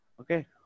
Okay